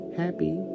happy